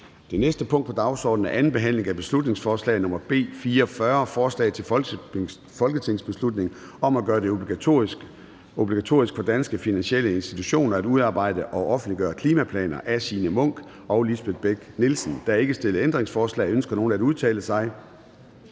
Det næste punkt på dagsordenen er: 20) 2. (sidste) behandling af beslutningsforslag nr. B 44: Forslag til folketingsbeslutning om at gøre det obligatorisk for danske finansielle institutioner at udarbejde og offentliggøre klimaplaner. Af Signe Munk (SF) og Lisbeth Bech-Nielsen (SF). (Fremsættelse 01.03.2023. 1. behandling